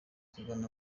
kugana